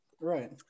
Right